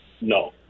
No